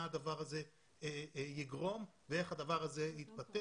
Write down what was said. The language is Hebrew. הדבר הזה יגרום ואיך הדבר הזה יתפתח.